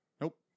Nope